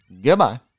Goodbye